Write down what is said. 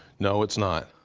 no, it's not.